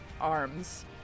arms